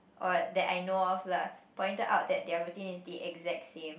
or that I know of lah pointed out that their routine is the exact same